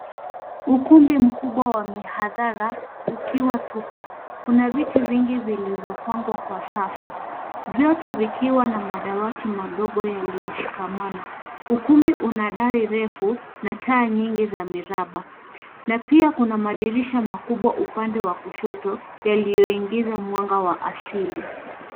Ukumbi mkubwa wa mihadhara ukiwa tupu. Kuna viti vingi vilivyopangwa kwa safu vyote vikiwa na madawati madogo yaliyoshikamana. Ukumbi una dari refu na taa nyingi za miraba na pia kuna madirisha makubwa upande wa kushoto yaliyoingiza mwanga wa asili.